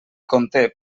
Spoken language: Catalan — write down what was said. conté